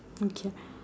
okay